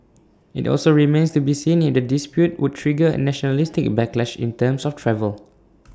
IT also remains to be seen if the dispute would trigger A nationalistic backlash in terms of travel